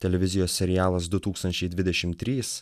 televizijos serialas du tūkstančiai dvidešim trys